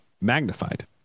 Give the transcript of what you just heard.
magnified